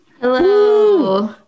Hello